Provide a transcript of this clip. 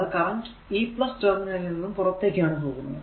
അതായത് കറന്റ് ഈ ടെർമിനൽ നിന്നും പുറത്തേക്കാണ് പോകുന്നത്